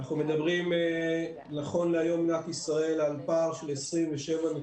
אנחנו מדברים נכון להיום במדינת ישראל על פער של 27.71%